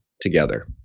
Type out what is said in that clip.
together